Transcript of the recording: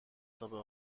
تابه